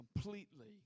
completely